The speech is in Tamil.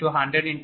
3027 kW